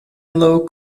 low